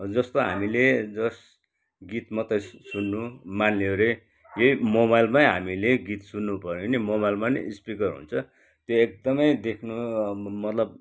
जस्तो हामीले जस्ट गीत मात्रै सुन्नु मानिलिउँ अरे यही मोबाइलमै हामीले गीत सुन्नुभयो भने मोबाइलमा नि स्पिकर हुन्छ त्यो एकदमै देख्नु मतलब